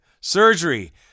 surgery